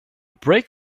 brake